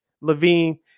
Levine